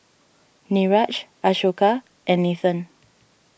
Niraj Ashoka and Nathan